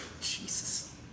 Jesus